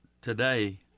today